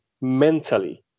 mentally